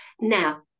now